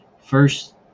first